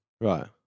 Right